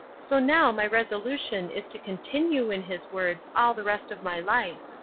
so now my resolution is to continue in his words all the rest of my life.